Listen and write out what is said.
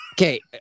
Okay